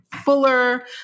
fuller